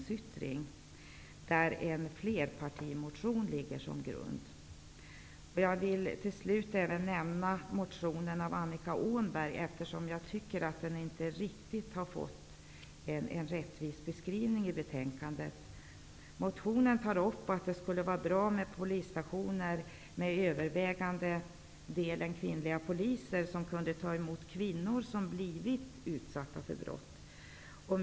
Där ligger en flerpartimotion som grund. Jag vill till slut även nämna en motion av Annika Åhnberg. Jag tycker att den inte riktigt har fått en rättvisande skrivning i betänkandet. I motionen föreslås att polisstationer med övervägande kvinnliga poliser skall inrättas, där man kan ta emot kvinnor som har blivit utsatta för brott.